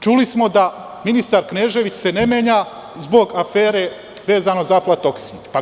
Čuli smo da se ministar Knežević ne menja zbog afere vezano za aflatoksin.